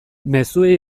mezuei